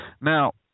Now